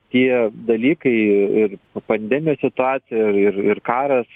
tie dalykai ir pandemijos situacija ir ir ir karas